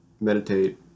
meditate